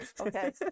okay